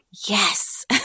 Yes